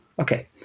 Okay